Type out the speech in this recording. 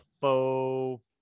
faux